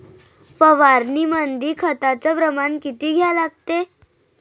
फवारनीमंदी खताचं प्रमान किती घ्या लागते?